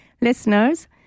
Listeners